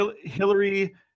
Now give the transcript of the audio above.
Hillary